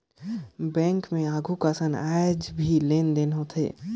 bank मे आघु कसन आयज भी लेन देन होथे